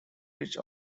rich